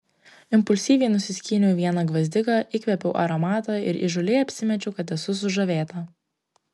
impulsyviai nusiskyniau vieną gvazdiką įkvėpiau aromato ir įžūliai apsimečiau kad esu sužavėta